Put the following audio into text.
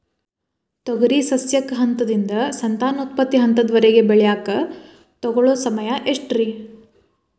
ತೊಗರಿ ಸಸ್ಯಕ ಹಂತದಿಂದ, ಸಂತಾನೋತ್ಪತ್ತಿ ಹಂತದವರೆಗ ಬೆಳೆಯಾಕ ತಗೊಳ್ಳೋ ಸಮಯ ಎಷ್ಟರೇ?